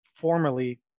Formerly